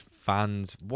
fans